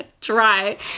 Try